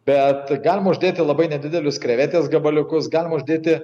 bet galima uždėti labai nedidelius krevetės gabaliukus galima uždėti